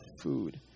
food